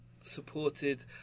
supported